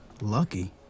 Lucky